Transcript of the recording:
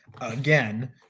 again